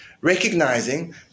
recognizing